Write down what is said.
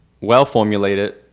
well-formulated